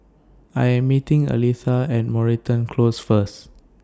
I Am meeting Aletha At Moreton Close First